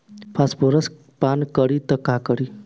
Phosphorus पान करी त का करी?